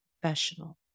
professional